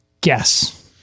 Guess